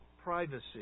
privacy